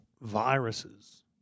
viruses